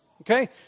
okay